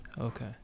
Okay